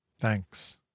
Thanks